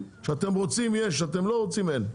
כשאתם רוצים יש, כשאתם לא רוצים אין.